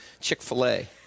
Chick-fil-A